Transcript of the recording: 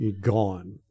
gone